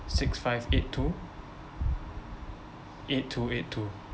six five eight two eight two eight two